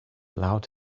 allowed